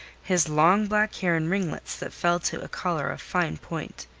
his long black hair in ringlets that fell to a collar of fine point.